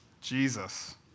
Jesus